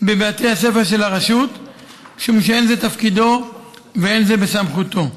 בבתי הספר של הרשות משום שאין זה תפקידו ואין זה בסמכותו.